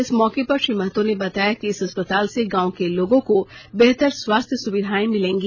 इस मौके पर श्री महतो ने बताया कि इस अस्पताल से गांव के लोगों को बेहतर स्वास्थ्य सुविधाएं मिलेंगी